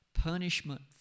Punishment